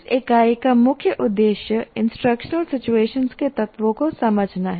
इस इकाई का मुख्य उद्देश्य इंस्ट्रक्शनल सिचुएशनस के तत्वों को समझना है